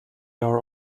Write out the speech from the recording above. are